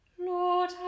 Lord